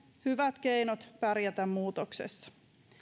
hyvät keinot pärjätä muutoksessa